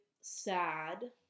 sad